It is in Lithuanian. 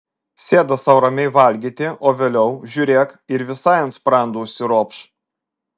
sėda sau ramiai valgyti o vėliau žiūrėk ir visai ant sprando užsiropš